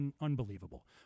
unbelievable